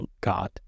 God